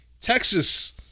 Texas